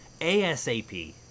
asap